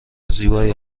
زیبایی